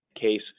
case